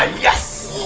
ah yes!